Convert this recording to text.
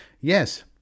Yes